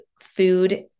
food